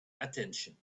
attention